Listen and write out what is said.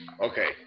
okay